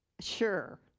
sure